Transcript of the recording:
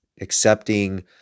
accepting